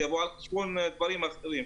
זה יבוא על חשבון דברים אחרים.